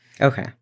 Okay